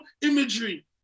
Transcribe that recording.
imagery